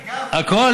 הכול?